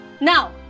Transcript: now